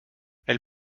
elle